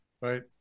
right